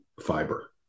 fiber